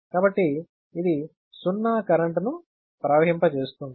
కాబట్టి ఇది సున్నా కరెంట్ను ప్రవహింపచేస్తుంది